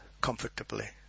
comfortably